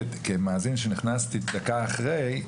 כמאזין שנכנס דקה אחרי,